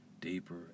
Deeper